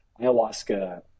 ayahuasca